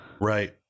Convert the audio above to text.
Right